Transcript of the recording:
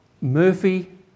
Murphy